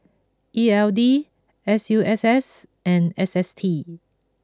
E L D S U S S and S S T